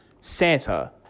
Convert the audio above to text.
Santa